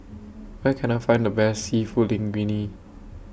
Where Can I Find The Best Seafood Linguine